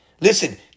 Listen